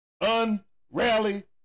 Unrally